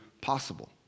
possible